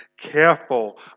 careful